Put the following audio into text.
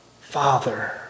Father